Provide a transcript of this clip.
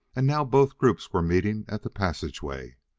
and now both groups were meeting at the passageway.